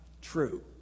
true